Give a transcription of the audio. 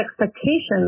expectations